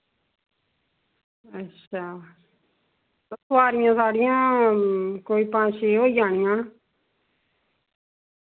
अच्छा ते सोआरियां साढ़ियां कोई पंज छे होई जानियां न